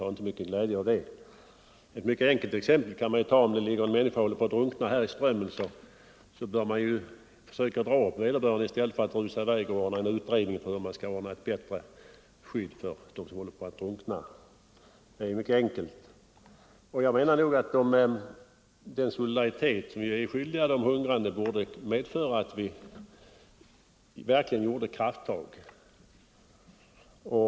Jag kan ta ett mycket enkelt exempel. Om det ligger en människa och håller på att drunkna i Strömmen bör man ju försöka dra upp vederbörande i stället för att rusa i väg och göra en utredning om hur man skall ordna ett bättre skydd för personer som håller på att drunkna. Det är mycket enkelt. Jag menar att den solidaritet vi är skyldiga de hungrande borde medföra att vi verkligen tar krafttag.